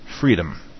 freedom